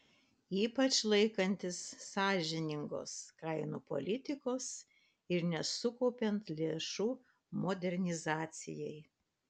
ypač laikantis sąžiningos kainų politikos ir nesukaupiant lėšų modernizacijai